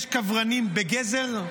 יש קברנים בגזר?